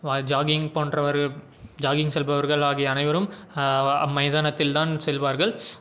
jogging போன்றவர்கள் jogging செல்பவர்கள் ஆகிய அனைவரும் மைதானத்தில் தான் செல்வார்கள்